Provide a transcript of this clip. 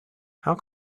how